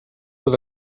with